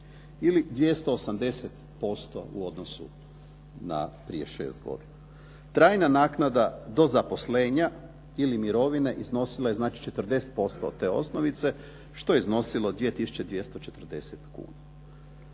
ili 280% u odnosu na prije šest godina. Trajna naknada do zaposlenja ili mirovine iznosila je znači 40% od te osnovice što je iznosilo 2 tisuće